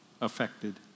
affected